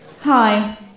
Hi